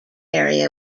area